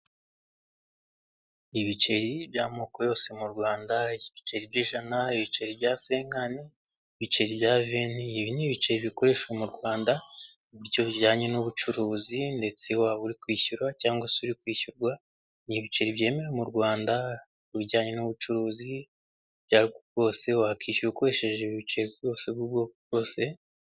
Ibiceri by'amoko yose mu Rwanda ibiceri by'ijana, ibiceri bya senkani, ibiceri bya veni n'ibiceri bikoreshwa mu Rwanda bijyanye n'ubucuruzi ndetse waba uri kwishyura cyangwa se uri kwishyurwa ni ibiceri byemewe mu Rwanda bijyanye n'ubucuruzi bwose wakwishyura ukoresheje ibi biceri byose b'ubwoko bwose.